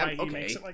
okay